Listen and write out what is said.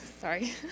Sorry